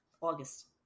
August